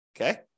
Okay